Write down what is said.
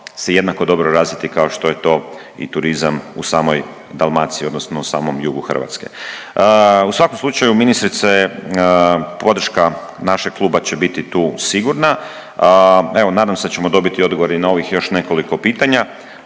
se jednako dobro razviti kao što je to i turizam u samoj Dalmaciji odnosno u samom jugu Hrvatske. U svakom slučaju ministrice podrška našeg kluba će biti tu sigurna. Evo, nadam se da ćemo dobiti i odgovore i na ovih još nekoliko pitanja.